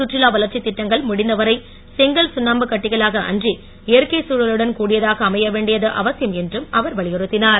கற்றுலா வளர்ச்சித் திட்டங்கள் முடிந்தவரை செங்கல் சுண்ணாம்புக் கட்டிடங்களாக அன்றி இயற்கைச் தழலுடன் கூடியதாக அமைய வேண்டியது அவசியம் என்றும் அவர் வலியுறுத்தினார்